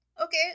Okay